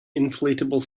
inflatable